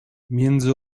między